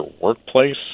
workplace